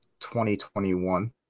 2021